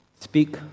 Speak